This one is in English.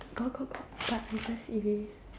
got got got but we just erase